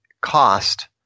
cost